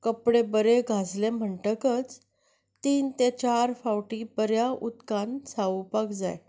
कपडे बरे घासले म्हणटकच तीन ते चार फावटी बऱ्या उदकान सारोवपाक जाय